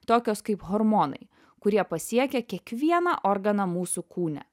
tokios kaip hormonai kurie pasiekia kiekvieną organą mūsų kūne